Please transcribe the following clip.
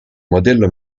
modello